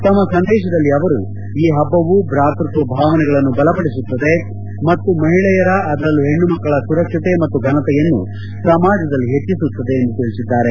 ತಮ್ನ ಸಂದೇಶದಲ್ಲಿ ಅವರು ಈ ಹಬ್ಬವು ಭ್ರಾತ್ವತ್ವ ಭಾವನೆಗಳನ್ನು ಬಲಪಡಿಸುತ್ತದೆ ಮತ್ತು ಮಹಿಳೆಯರ ಅದರಲ್ಲೂ ಹೆಣ್ಣು ಮಕ್ಕಳ ಸುರಕ್ಷತೆ ಮತ್ತು ಘನತೆಯನ್ನು ಸಮಾಜದಲ್ಲಿ ಹೆಚ್ಚಿಸುತ್ತದೆ ಎಂದು ತಿಳಿಸಿದ್ದಾರೆ